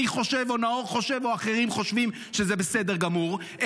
אני חושב או נאור חושב או שאחרים חושבים שזה בסדר גמור,